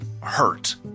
hurt